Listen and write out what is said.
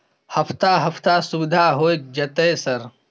हफ्ता हफ्ता सुविधा होय जयते सर?